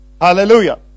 hallelujah